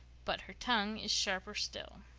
but her tongue is sharper still.